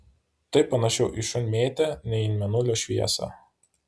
tai panašiau į šunmėtę nei į mėnulio šviesą